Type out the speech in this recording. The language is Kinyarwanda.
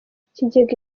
ikigega